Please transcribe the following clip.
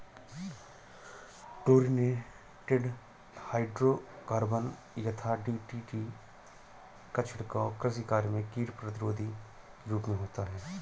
chlorinated hydrocarbon यथा DDT का छिड़काव कृषि कार्य में कीट प्रतिरोधी के रूप में होता है